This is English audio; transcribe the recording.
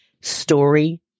Story